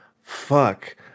fuck